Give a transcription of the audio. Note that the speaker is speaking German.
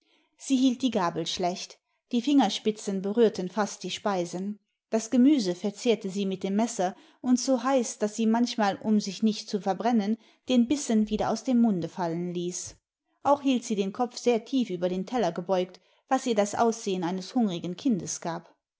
sie hielt die gabel schlecht die fingerspitzen berührten fast die speisen das gemüse verzehrte sie mit dem messer und so heiß daß sie manchmal um sich nicht zu verbrennen den bissen wieder aus dem munde fallen ließ auch hielt sie den kopf sehr tief über den teller gebeugt was ihr das aussehen eines hungrigen kindes gab